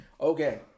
okay